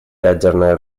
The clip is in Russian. ядерное